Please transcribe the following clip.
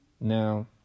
Now